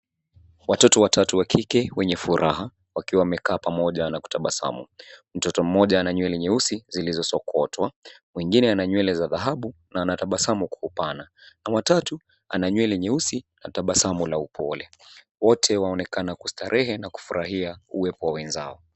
Watoto watatu wa kike wenye furaha wakiwa wamekaa pamoja na kutabasamu. Mtoto mmoja ana nywele nyeusi zilizo sokotwa, mwingine ana nywele za dhahabu na anatabasamu kwa upana, na wa tatu ana nywele nyeusi na tabasamu la upole. Wote waonekana kustarehe na kufurahia kuwepo wenzao.